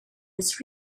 his